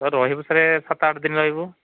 sir ରହିବୁ sir ସାତ ଆଠ ଦିନ ରହିବୁ